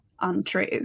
untrue